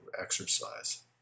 exercise